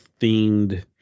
themed